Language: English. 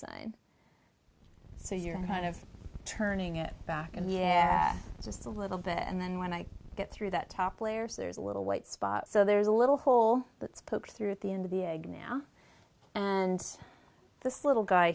sign so you're kind of turning it back and yeah just a little bit and then when i get through that top layer so there's a little white spot so there's a little hole that's pokes through at the end of the egg now and this little guy